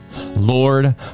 Lord